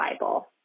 Bible